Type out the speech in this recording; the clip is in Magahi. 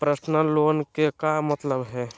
पर्सनल लोन के का मतलब हई?